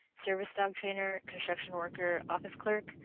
service dog trainer, construction worker, office clerk,